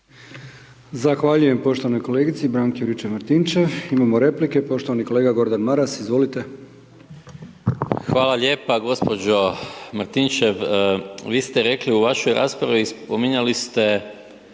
Hvala lijepa, gospođo Martinčev vi ste rekli u vašoj raspravi, spominjali ste